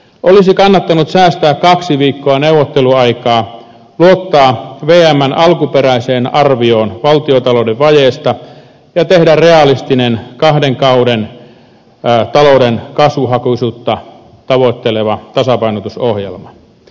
olisi kannattanut säästää kaksi viikkoa neuvotteluaikaa luottaa vmn alkuperäiseen arvioon valtiontalouden vajeesta ja tehdä realistinen kahden kauden talouden kasvuhakuisuutta tavoitteleva tasapainotusohjelma